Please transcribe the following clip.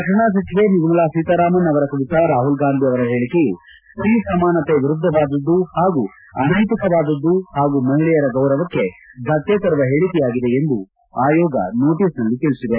ರಕ್ಷಣಾ ಸಚಿವೆ ನಿರ್ಮಲಾ ಸೀತಾರಾಮನ್ ಅವರ ಕುರಿತ ರಾಹುಲ್ ಗಾಂಧಿ ಅವರ ಪೇಳಿಕೆಯು ಸ್ತೀಸಮಾನತೆಯ ವಿರುದ್ದವಾದುದು ಪಾಗೂ ಅನ್ನೆತಿಕವಾದುದು ಪಾಗೂ ಮಹಿಳೆಯರ ಗೌರವಕ್ಕೆ ಧಕ್ಷೆ ತರುವ ಹೇಳಕೆಯಾಗಿದೆ ಎಂದು ಆಯೋಗ ನೋಟಸ್ನಲ್ಲಿ ತಿಳಿಸಿದೆ